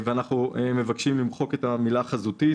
אנחנו מבקשים למחוק את המילה "חזותית"